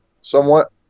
somewhat